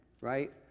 right